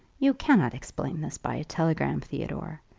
you cannot explain this by a telegram, theodore.